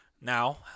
now